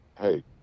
hey